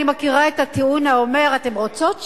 אני מכירה את הטיעון האומר: אתן רוצות שוויון?